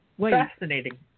Fascinating